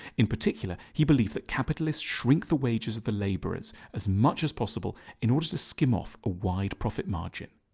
in particular, he believed that capitalists shrunk the wages of the labourers as much as possible in order to skim off a wide profit margin.